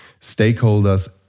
Stakeholders